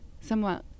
somewhat